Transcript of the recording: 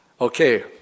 Okay